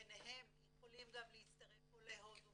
ביניהם יכולים גם להצטרף עולי הודו